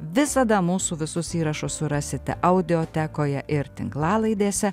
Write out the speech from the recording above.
visada mūsų visus įrašus surasite audiotekoje ir tinklalaidėse